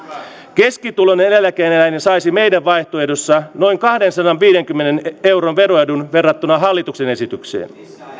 keskituloinen eläkeläinen saisi meidän vaihtoehdossamme noin kahdensadanviidenkymmenen euron veroedun verrattuna hallituksen esitykseen